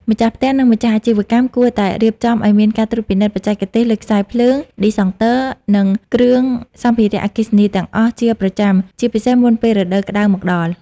ម្ចាស់ផ្ទះ និងម្ចាស់អាជីវកម្មគួរតែរៀបចំឱ្យមានការត្រួតពិនិត្យបច្ចេកទេសលើខ្សែភ្លើង ឌីសង់ទ័រ និងគ្រឿងសម្ភារៈអគ្គិសនីទាំងអស់ជាប្រចាំ ជាពិសេសមុនពេលរដូវក្ដៅមកដល់។